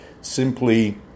simply